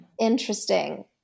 interesting